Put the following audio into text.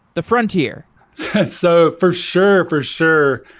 the frontier so for sure, for sure,